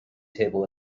table